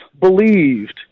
believed